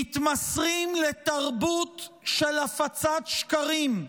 מתמסרים לתרבות של הפצת שקרים,